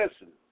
listen